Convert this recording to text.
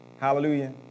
Hallelujah